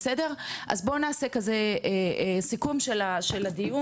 אז בוא נעשה כזה סיכום של הדיון,